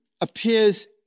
appears